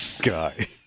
Guy